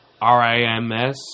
R-I-M-S